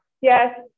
yes